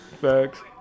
Facts